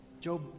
Job